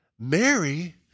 Mary